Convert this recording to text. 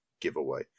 giveaway